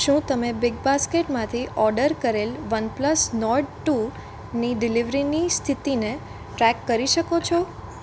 શું તમે બિગબાસ્કેટમાંથી ઓર્ડર કરેલ વનપ્લસ નોર્ડ ટુ ની ડિલિવરીની સ્થિતિને ટ્રેક કરી શકો છો